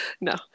no